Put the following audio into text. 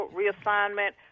reassignment